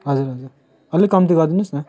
हजुर हजुर अलिक कम्ती गरिदिनुहोस् न